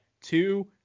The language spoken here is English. two